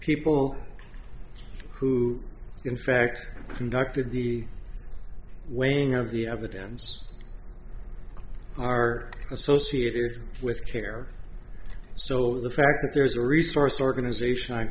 people who in fact conducted the weighing of the evidence are associated with care so the fact that there is a resource organization on